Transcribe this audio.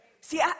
See